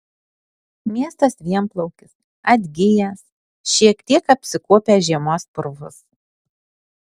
miestas vienplaukis atgijęs šiek tiek apsikuopęs žiemos purvus